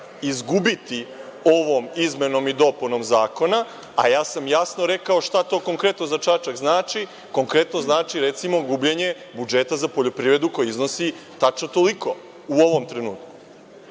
izgubiti ovom izmenom i dopunom zakona, a ja sam jasno rekao šta to konkretno za Čačak znači. Konkretno znači, recimo, gubljenje budžeta za poljoprivredu, koji iznosi tačno toliko u ovom trenutku.